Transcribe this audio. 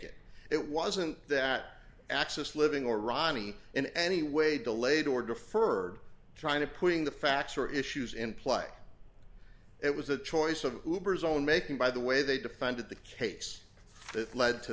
it it wasn't that access living or ronnie in any way delayed or deferred trying to putting the facts or issues in play it was a choice of goobers own making by the way they defended the case that led to